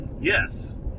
yes